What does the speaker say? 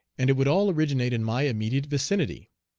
and it would all originate in my immediate vicinity.